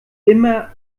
immer